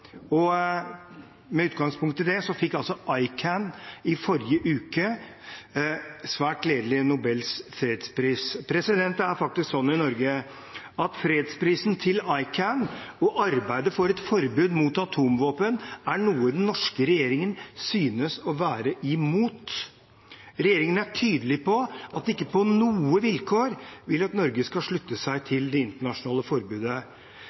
atomvåpenstater. Med utgangspunkt i det fikk ICAN i forrige uke svært gledelig Nobels fredspris. Det er faktisk sånn i Norge at fredsprisen til ICAN og arbeidet for et forbud mot atomvåpen er noe den norske regjeringen synes å være imot. Regjeringen er tydelig på at den ikke på noe vilkår vil at Norge skal slutte seg til det internasjonale forbudet.